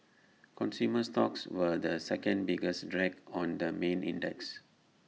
consumer stocks were the second biggest drag on the main index